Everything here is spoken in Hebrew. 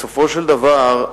בסופו של דבר,